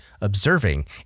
observing